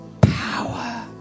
power